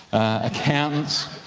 accountants.